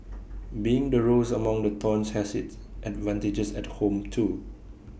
being the rose among the thorns has its advantages at home too